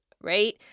right